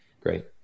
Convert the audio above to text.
Great